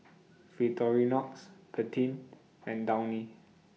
Victorinox Pantene and Downy